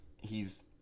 he's-